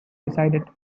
resided